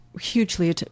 hugely